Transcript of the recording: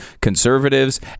conservatives